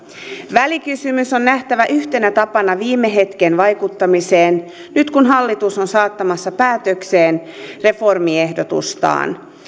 välikysymys on nähtävä yhtenä tapana viime hetken vaikuttamiseen nyt kun hallitus on saattamassa päätökseen reformiehdotustaan